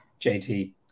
JT